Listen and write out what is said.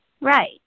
Right